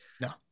No